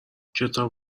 کتاب